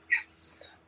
Yes